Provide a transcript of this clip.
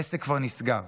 העסק כבר נסגר.